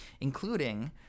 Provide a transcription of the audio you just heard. including